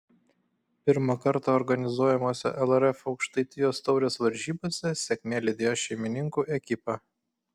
pirmą kartą organizuojamose lrf aukštaitijos taurės varžybose sėkmė lydėjo šeimininkų ekipą